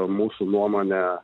mūsų nuomone